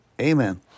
amen